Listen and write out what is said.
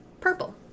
Purple